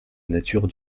nature